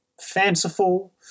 fanciful –